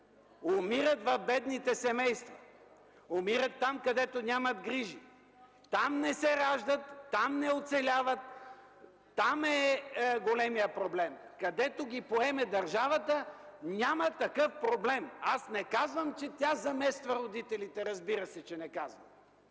умират в бедните семейства, умират там, където няма грижи за тях. Там не се раждат, там не оцеляват, там е големият проблем. Където ги поеме държавата няма такъв проблем. Аз не казвам, че тя замества родителите. Разбира се, че не казвам